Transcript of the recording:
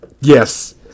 Yes